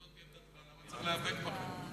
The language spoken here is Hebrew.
אם זאת עמדתך, למה צריך להיאבק בכם?